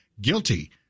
guilty